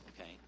Okay